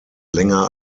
länger